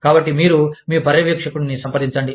కాబట్టి మీరు మీ పర్యవేక్షకుడిని సంప్రదించండి